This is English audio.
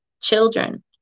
Children